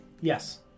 Yes